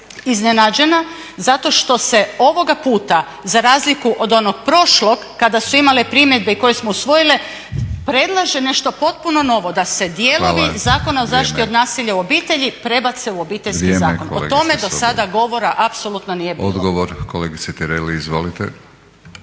iznenađena zato što se ovoga puta za razliku od onog prošlog kada su imale primjedbe i koje smo usvojile predlaže nešto potpuno novo… …/Upadica Batinić: Hvala./… … da se dijelovi Zakona o zaštiti od nasilja u obitelji prebace u Obiteljski zakon. O tome do sada govora apsolutno nije bilo. **Batinić, Milorad